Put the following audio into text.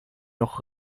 noch